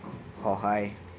সহায়